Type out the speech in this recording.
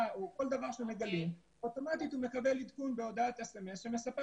או כל דבר שמגלים אוטומטית הוא מקבל עדכון בהודעת SMS שמספר